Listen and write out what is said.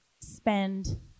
spend